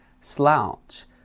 slouch